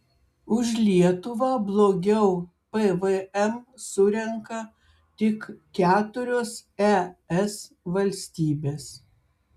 už lietuvą blogiau pvm surenka tik keturios es valstybės